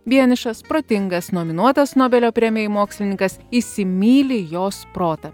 vienišas protingas nominuotas nobelio premijai mokslininkas įsimyli jos protą